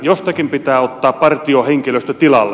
jostakin pitää ottaa partiohenkilöstö tilalle